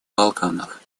балканах